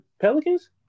Pelicans